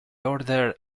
order